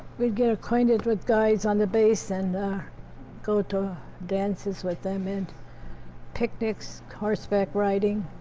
we'd get acquainted with guys on the base, and go to dances with them, and picnics, horseback riding.